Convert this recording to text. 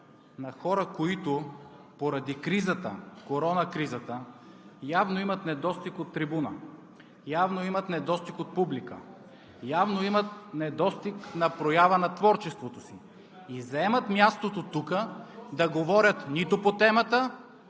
на хора, които поради корона кризата явно имат недостиг от трибуна, явно имат недостиг от публика, явно имат недостиг на проява на творчеството си и заемат мястото тук да говорят нито по темата,